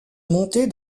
montée